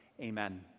Amen